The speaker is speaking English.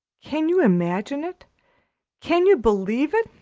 can you imagine it can you believe it?